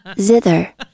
Zither